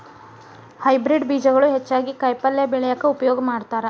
hybrid ಬೇಜಗಳು ಹೆಚ್ಚಾಗಿ ಕಾಯಿಪಲ್ಯ ಬೆಳ್ಯಾಕ ಉಪಯೋಗ ಮಾಡತಾರ